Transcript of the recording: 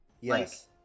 yes